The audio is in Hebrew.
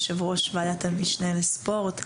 יושב ראש ועדת המשנה לספורט,